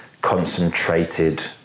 concentrated